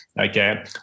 okay